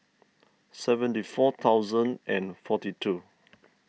seventy four thousand and forty two